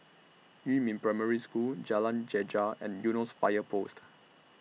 Yumin Primary School Jalan Greja and Eunos Fire Post